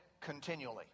continually